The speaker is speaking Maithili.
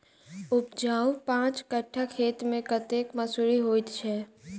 उपजाउ पांच कट्ठा खेत मे कतेक मसूरी होइ छै?